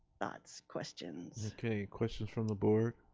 thoughts, questions okay, questions from the board.